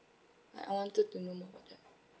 like I wanted to know more about that